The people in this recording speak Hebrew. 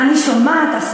אתה לא רואה,